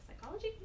psychology